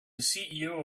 ceo